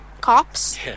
Cops